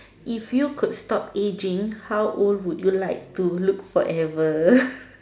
if you could stop aging how old would you like to look forever